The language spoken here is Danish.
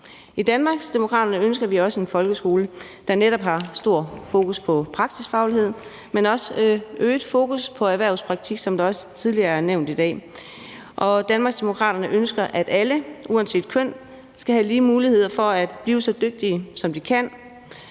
I Danmarksdemokraterne ønsker vi også en folkeskole, der netop har stort fokus på praksisfagligheden, men også øget fokus på erhvervspraktik, som det også tidligere er nævnt i dag. Og Danmarksdemokraterne ønsker, at alle uanset køn skal have lige muligheder for at blive så dygtige, som de kan.